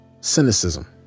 Cynicism